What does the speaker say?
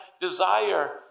desire